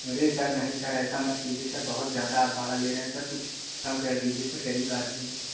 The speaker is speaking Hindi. अरे सर नहीं सर ऐसा मत कीजिए सर बहुत ज़्यादा आप भाड़ा ले रहे हैं सर कुछ कम कर दीजिए सर गरीब आदमी हैं